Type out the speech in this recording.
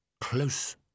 Close